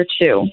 two